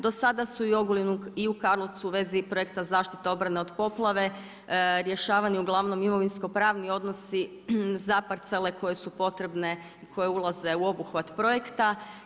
Do sada su i u Ogulinu i u Karlovcu u vezi projekta zaštite obrane od poplave, rješavanju uglavnom imovinsko-pravni odnosi za parcele koje su potrebne koje ulaze u obuhvat projekta.